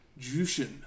Jushin